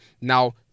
now